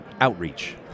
outreach